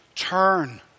Turn